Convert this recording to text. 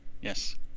yes